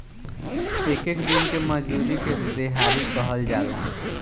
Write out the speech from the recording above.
एक एक दिन के मजूरी के देहाड़ी कहल जाला